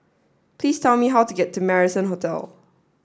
please tell me how to get to Marrison Hotel